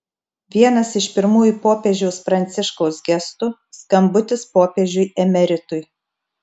vienas iš pirmųjų popiežiaus pranciškaus gestų skambutis popiežiui emeritui